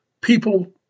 People